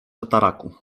tataraku